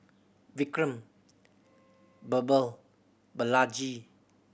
Vikram Birbal Balaji